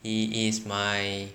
he is my